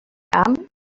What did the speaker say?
amb